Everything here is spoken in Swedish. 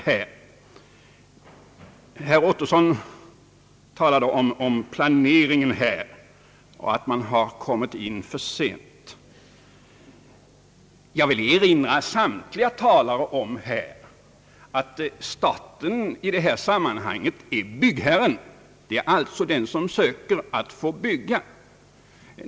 Herr Ottosson talade här om planeringen och att man har kommit in i bilden för sent. Jag vill med anledning härav erinra samtliga talare om att staten i detta sammanhang är byggherren — alltså den som söker att få bygga.